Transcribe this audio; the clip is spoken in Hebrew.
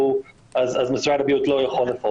אז משרד הבריאות לא יכול לפעול.